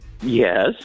Yes